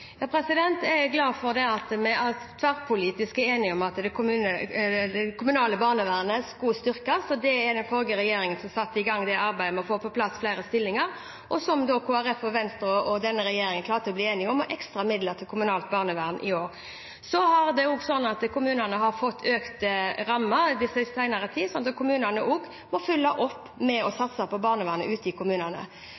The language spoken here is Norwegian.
Jeg er glad for at det er tverrpolitisk enighet om at det kommunale barnevernet skal styrkes. Det var den forrige regjeringen som satte i gang arbeidet med å få på plass flere stillinger, og Kristelig Folkeparti, Venstre og denne regjeringen klarte å bli enige om ekstra midler til kommunalt barnevern i år. Kommunene har fått økte rammer i den senere tid, så også kommunene må fylle opp med å satse på barnevernet ute i kommunene.